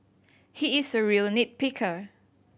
he is a real nit picker